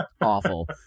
awful